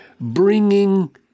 bringing